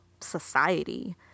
society